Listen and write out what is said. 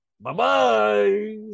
Bye-bye